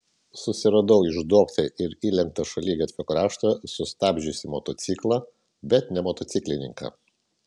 susiradau išduobtą ir įlenktą šaligatvio kraštą sustabdžiusį motociklą bet ne motociklininką